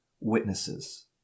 witnesses